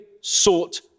sought